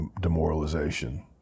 demoralization